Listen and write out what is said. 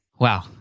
Wow